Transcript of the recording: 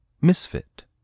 Misfit